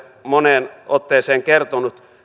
moneen otteeseen kertonut